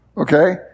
Okay